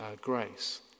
grace